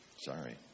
sorry